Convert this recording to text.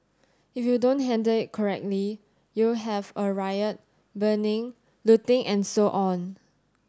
if you don't handle it correctly you'll have a riot burning looting and so on